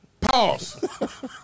Pause